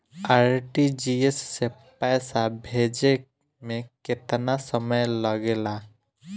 RTGS से पैसा भेजे में केतना समय लगे ला?